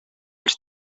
els